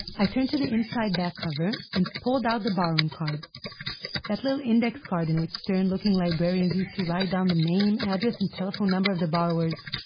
i turned to the inside back cover, and pulled out the borrowing card that little index card in which stern looking librarians used to write down the name, address and telephone number of the borrowers,